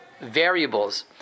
variables